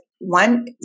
one